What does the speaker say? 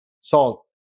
salt